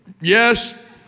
Yes